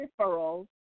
Referrals